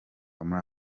muri